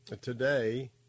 today